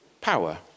power